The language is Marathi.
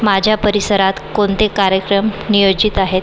माझ्या परिसरात कोणते कार्यक्रम नियोजित आहेत